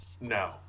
No